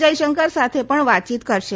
જયશંકર સાથે પણ વાતચીત કરશે